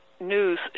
news